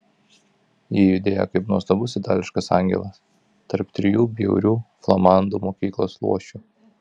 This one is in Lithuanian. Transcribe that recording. ji judėjo kaip nuostabus itališkas angelas tarp trijų bjaurių flamandų mokyklos luošių